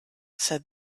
said